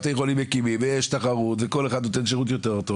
בתי חולים מקימים ויש תחרות וכל אחד נותן שירות טוב יותר.